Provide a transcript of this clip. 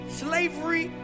slavery